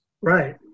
Right